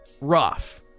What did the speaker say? rough